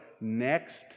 next